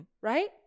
Right